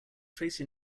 tracy